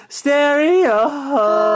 stereo